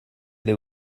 they